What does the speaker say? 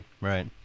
right